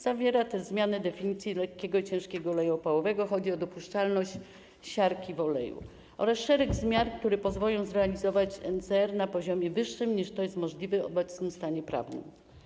Zawiera też zmianę definicji lekkiego i ciężkiego oleju opałowego - chodzi o dopuszczalność siarki w oleju - oraz szereg zmian, które pozwolą zrealizować NCR na poziomie wyższym, niż to jest możliwe w obecnym stanie prawnym.